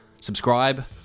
Subscribe